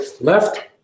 left